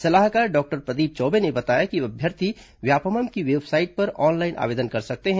सलाहकार डॉ प्रदीप चौबे ने बताया कि अभ्यर्थी व्यापमं की वेबसाइट पर ऑनलाइन आवेदन कर सकते हैं